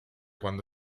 quando